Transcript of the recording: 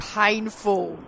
painful